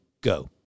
Go